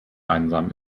einsam